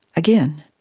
again,